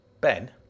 Ben